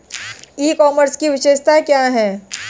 ई commerce की विशेषताएं क्या हैं?